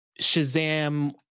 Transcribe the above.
Shazam